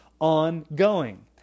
ongoing